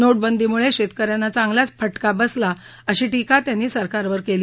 नोटबंदीमुळे शेतकऱ्यांना चांगलाच फटका बसला अशी टीका त्यांनी सरकारवर केली